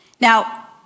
Now